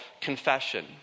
confession